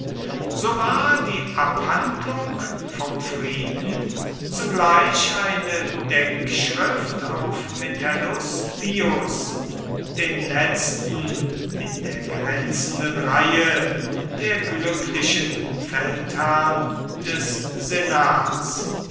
so war die abhandlung vom frieden zugleich eine denkschrift auf metellus pius den letzten in der glänzenden reihe der glücklichen feldherrn des senats